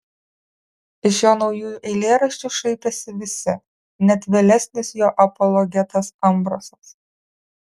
iš jo naujųjų eilėraščių šaipėsi visi net vėlesnis jo apologetas ambrasas